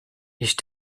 ich